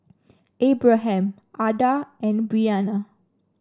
Abraham Ada and Brianna